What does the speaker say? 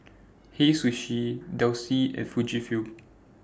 Hei Sushi Delsey and Fujifilm